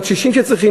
שקשישים צריכים,